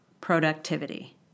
productivity